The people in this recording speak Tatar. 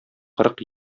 кырык